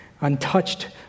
untouched